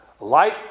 Light